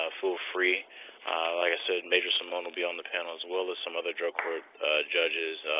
ah feel free. like i said, major seamone will be on the panel, as well as some other drug court judges.